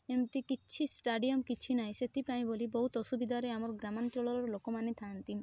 ଏମିତି କିଛି ଷ୍ଟାଡ଼ିୟମ୍ କିଛି ନାହିଁ ସେଥିପାଇଁ ବୋଲି ବହୁତ ଅସୁବିଧାରେ ଆମ ଗ୍ରାମାଞ୍ଚଳର ଲୋକମାନେ ଥାଆନ୍ତି